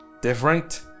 different